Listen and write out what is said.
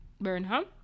burnham